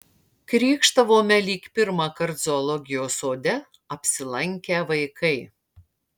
krykštavome lyg pirmąkart zoologijos sode apsilankę vaikai